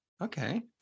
Okay